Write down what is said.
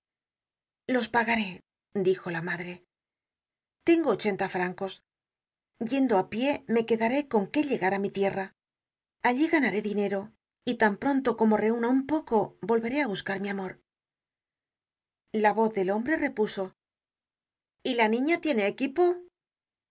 los pagaré dijo la madre tengo ochenta francos yendo apierne quedaré con qué llegar á mi tierra allí ganaré dinero y tan pronto como reuna un poco volveré á buscar mi amor la voz de hombre repuso y la niña tiene equipo